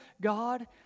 God